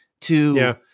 to-